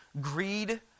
greed